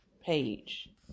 page